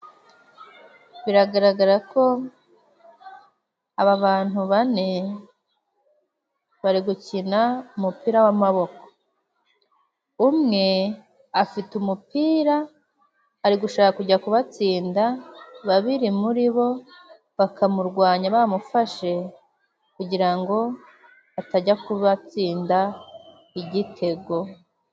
Biragaragara ko aba bantu bane bari gukina umupira w'amaboko. Umwe afite umupira ari gushaka kujya kubatsinda, babiri muri bo bakamurwanya bamufashe kugira ngo atajya kubatsinda igitego.